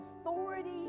authority